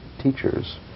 teachers